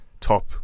top